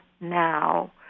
now